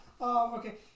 Okay